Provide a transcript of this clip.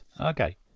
okay